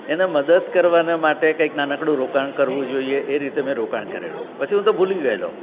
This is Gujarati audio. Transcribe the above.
એને મદદ કરવાને માટે કાંઈક નાનકડું રોકાણ કરવું જોઈએ એ રીતે મેં રોકાણ કરેલું પછી હું તો ભૂલી ગયેલો